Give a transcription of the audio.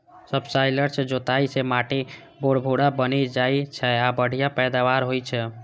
subsoiler सं जोताइ सं माटि भुरभुरा बनि जाइ छै आ बढ़िया पैदावार होइ छै